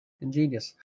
Ingenious